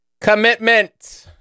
Commitment